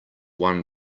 one